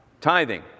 Tithing